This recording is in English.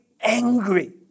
angry